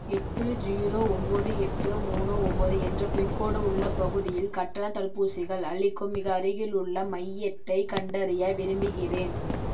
எட்டு ஜீரோ ஒம்பது எட்டு மூணு ஒம்பது என்ற பின்கோடு உள்ள பகுதியில் கட்டண தடுப்பூசிகள் அளிக்கும் மிக அருகிலுள்ள மையத்தைக் கண்டறிய விரும்புகிறேன்